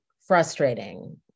frustrating